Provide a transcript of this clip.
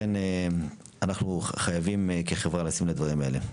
לכן אנחנו חייבים כחברה לשים לב לדברים האלה.